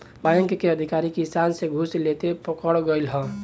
bank के अधिकारी किसान से घूस लेते पकड़ल गइल ह